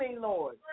Lord